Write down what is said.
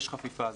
יש חפיפה,